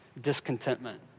discontentment